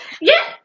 Yes